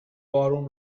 بارم